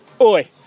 oi